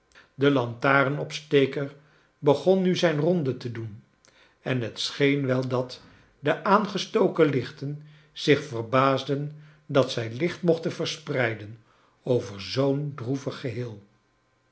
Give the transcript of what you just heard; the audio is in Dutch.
de lantarenopsteker begon nu zijn ronde te doen en het scheen wel dat de aangestoken lichten zich verbaasden dat zij licht mochten verspreiden over zoo'n droevig geheel